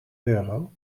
euro